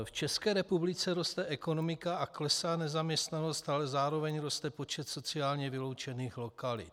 V České republice roste ekonomika a klesá nezaměstnanost, ale zároveň roste počet sociálně vyloučených lokalit.